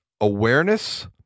awareness